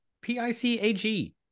P-I-C-A-G